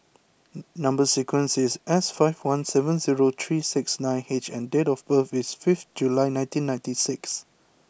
number sequence is S five one seven zero three six nine H and date of birth is fifth July nineteen ninety six